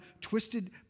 twisted